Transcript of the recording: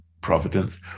providence